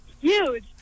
huge